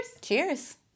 Cheers